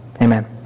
Amen